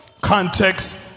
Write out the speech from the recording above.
Context